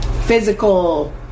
physical